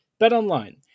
BetOnline